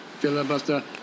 Filibuster